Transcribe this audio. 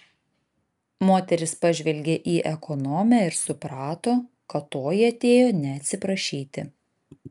moteris pažvelgė į ekonomę ir suprato kad toji atėjo ne atsiprašyti